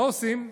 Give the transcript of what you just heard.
מה עושים?